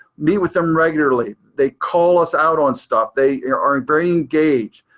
meet with them regularly. they call us out on stuff. they are are and very engaged.